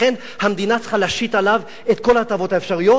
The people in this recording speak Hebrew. לכן המדינה צריכה להשית עליו את כל ההטבות האפשריות,